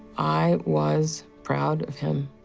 i was proud of him.